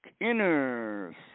inner